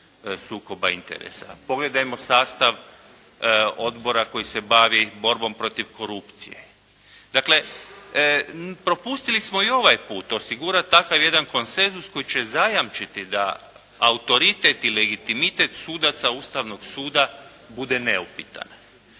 sukoba interesa. Pogledajmo sastav odbora koji se bavi borbom protiv korupcije. Dakle propustili smo i ovaj puta osigurati takav jedan konsenzus koji će zajamčiti da autoritet i legitimitet sudaca Ustavnog suda bude neupitan.